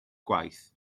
gwaith